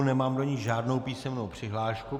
Nemám do ní žádnou písemnou přihlášku.